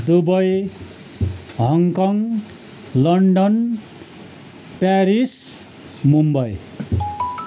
Dubai Hong Kong London Paris Mumbai